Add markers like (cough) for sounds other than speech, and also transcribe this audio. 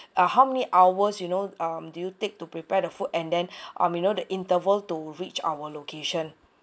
uh how many hours you know um do you take to prepare the food and then (breath) um you know the interval to reach our location